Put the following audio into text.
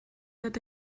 eta